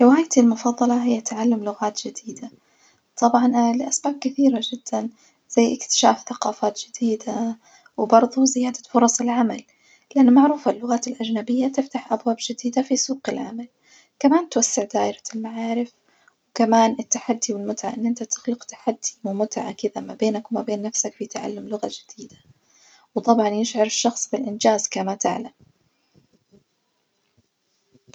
هوايتي المفظلة هي تعلم لغات جديدة، طبعًا لأسباب كثيرة جدًا زي اكتشاف ثقافات جديدة وبردو زيادة فرص العمل، لإن معروف اللغات الأجنبية تفتح أبواب جديدة في سوق العمل كمان توسع دائرة المعارف، وكمان التحدي والمتعة إن أنت تخلق تحدي ومتعة كدة ما بينك وبين نفسك في تعلم لغة جديدة، وطبعُا يشعر الشخص بالإنجاز كما تعلم.